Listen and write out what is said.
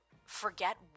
Forget